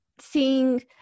seeing